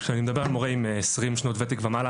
כשאני מדבר על מורה עם 20 שנות ותק ומעלה,